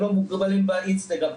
הם לא מוגבלים ב-Instagram.